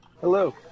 Hello